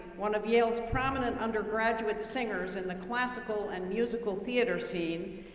one of yale's prominent undergraduate singers in the classical and musical theater scene,